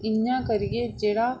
इ'यां करियै जेह्ड़ा